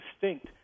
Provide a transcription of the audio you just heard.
distinct